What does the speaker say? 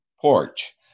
porch